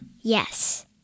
Yes